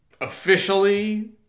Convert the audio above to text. Officially